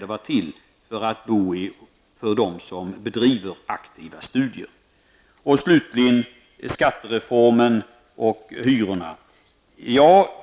bebos av personer som bedriver aktiva studier. Slutligen vill jag ta upp skattereformen och hyrorna.